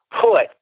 put